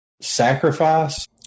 sacrifice